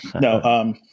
No